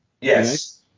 Yes